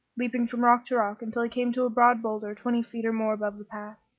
leaping from rock to rock until he came to a broad boulder twenty feet or more above the path.